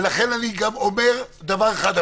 ולכן אני אומר דבר אחד.